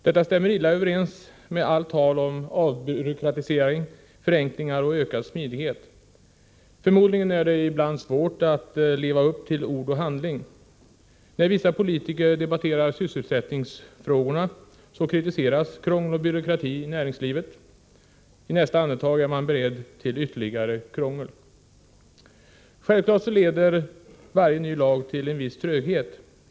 Detta stämmer illa överens med allt tal om avbyråkratiseringen, förenklingar, och ökad smidighet. Förmodligen är det ibland svårt att i handling leva upp till de vackra orden. När vissa politiker debatterar sysselsättningsfrågorna kritiseras krångel och byråkrati i näringslivet. I nästa andetag är de beredda till ytterligare krångel. Självfallet medför varje ny lag en viss tröghet.